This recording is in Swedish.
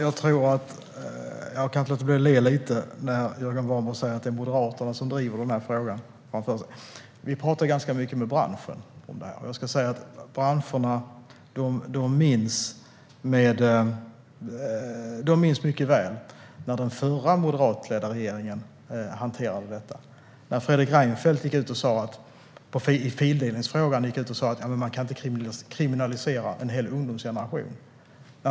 Herr talman! Jag kan inte låta bli att le lite när Jörgen Warborn säger att det är Moderaterna som driver de här frågorna framför sig. Vi pratar ganska mycket med branschen om det här, och där minns man mycket väl hur den tidigare moderatledda regeringen hanterade detta. I fildelningsfrågan gick Fredrik Reinfeldt ut och sa att man inte kan kriminalisera en hel ungdomsgeneration.